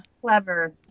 Clever